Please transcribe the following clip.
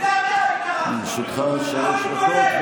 לרשותך שלוש דקות,